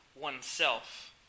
oneself